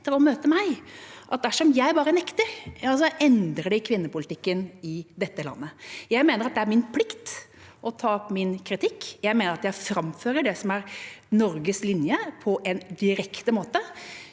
etter å møte meg at dersom jeg bare nekter, så endrer de kvinnepolitikken i landet. Jeg mener at det er min plikt å ta opp min kritikk. Jeg mener at jeg framfører det som er Norges linje, på en direkte måte,